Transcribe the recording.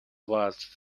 was